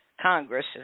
Congress